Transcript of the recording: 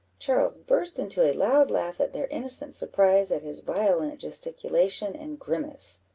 charles burst into a loud laugh at their innocent surprise at his violent gesticulation and grimace.